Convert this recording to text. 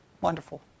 Wonderful